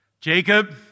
Jacob